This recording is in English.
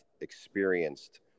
experienced